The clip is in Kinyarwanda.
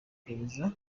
iperereza